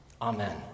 Amen